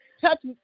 touch